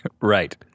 Right